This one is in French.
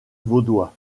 vaudois